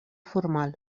formal